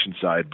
side